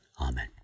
Amen